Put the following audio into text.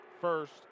first